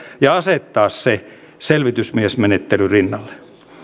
ja asettaa se selvitysmiesmenettelyn rinnalle